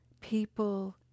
People